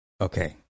Okay